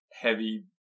heavy